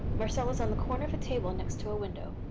marcel was on the corner of a table next to a window.